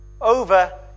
Over